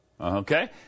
Okay